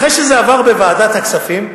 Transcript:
אחרי שזה עבר בוועדת הכספים,